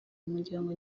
umuryango